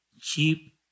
cheap